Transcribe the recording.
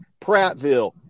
prattville